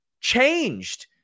changed